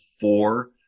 four